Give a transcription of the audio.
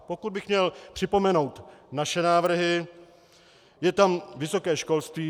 Pokud bych měl připomenout naše návrhy, je tam vysoké školství.